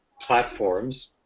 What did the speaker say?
platforms